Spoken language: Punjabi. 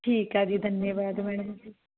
ਠੀਕ ਆ ਜੀ ਦਨਿਆਵਾਦ ਮੈਡਮ ਜੀ